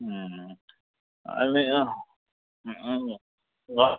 आनी